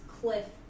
cliff